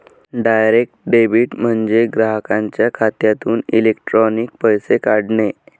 direct debit म्हणजे ग्राहकाच्या खात्यातून इलेक्ट्रॉनिक पैसे काढणे